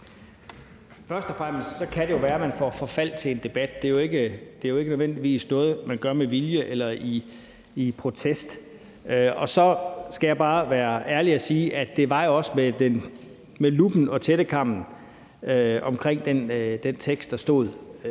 Først og fremmest kan det jo være, at man får forfald til en debat; det er jo ikke nødvendigvis noget, man gør med vilje eller i protest. Og så skal jeg bare være ærlig og sige, at det også var med luppen og tættekammen i forhold til den tekst, der var,